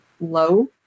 low